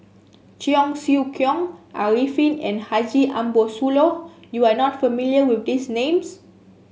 Cheong Siew Keong Arifin and Haji Ambo Sooloh you are not familiar with these names